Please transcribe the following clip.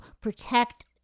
protect